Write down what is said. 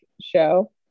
show